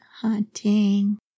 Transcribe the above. hunting